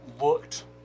looked